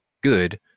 good